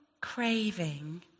craving